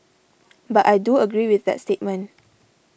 but I do agree with that statement